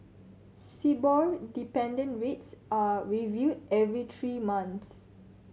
Sibor dependent rates are reviewed every three months